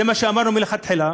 זה מה שאמרנו מלכתחילה.